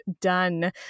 done